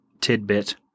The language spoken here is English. tidbit